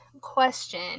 question